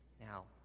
Now